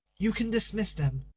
you can dismiss them.